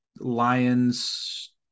Lions